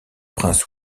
prince